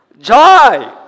Joy